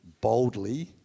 boldly